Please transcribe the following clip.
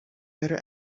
better